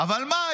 אבל מה,